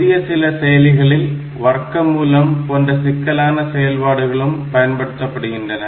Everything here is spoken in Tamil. புதிய சில செயலிகளில் வர்க்கமூலம் போன்ற சிக்கலான செயல்பாடுகளும் பயன்படுத்தப்படுகின்றன